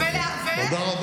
ולהוריו.